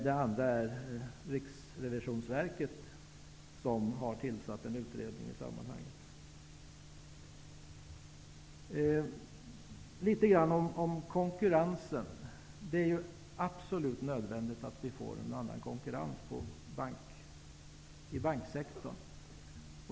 Den andra har tillsatts av Det är absolut nödvändigt att vi får en annan konkurrens inom banksektorn.